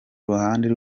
ruhande